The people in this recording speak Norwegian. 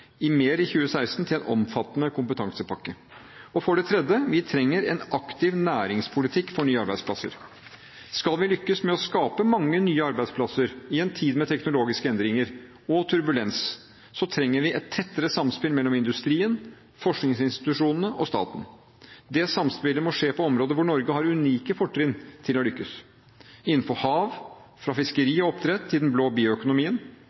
mer i 2016 til en omfattende kompetansepakke. For det tredje: Vi trenger en aktiv næringspolitikk for nye arbeidsplasser. Skal vi lykkes med å skape mange nye arbeidsplasser i en tid med teknologiske endringer og turbulens, trenger vi et tettere samspill mellom industrien, forskningsinstitusjonene og staten. Dette samspillet må skje på områder hvor Norge har unike fortrinn for å lykkes: innenfor hav, fra fiskeri og oppdrett til den blå bioøkonomien,